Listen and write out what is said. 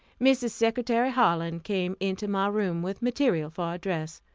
mrs. secretary harlan came into my room with material for a dress.